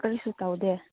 ꯀꯔꯤꯁꯨ ꯇꯧꯗꯦ